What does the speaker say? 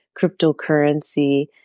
cryptocurrency